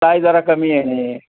साय जरा कमी येणे